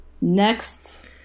Next